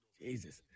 Jesus